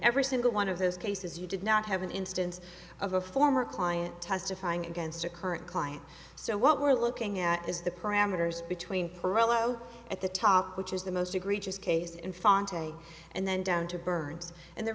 every single one of those cases you did not have an instance of a former client testifying against a current client so what we're looking at is the parameters between pirlo at the top which is the most egregious case infante and then down to burns and the